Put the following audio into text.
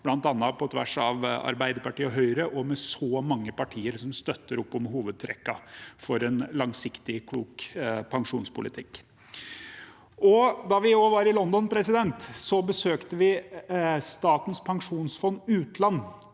bl.a. på tvers av Arbeiderpartiet og Høyre, og med så mange partier som støtter opp om hovedtrekkene for en langsiktig, klok pensjonspolitikk. Da vi var i London, besøkte vi også Statens pensjonsfond utland.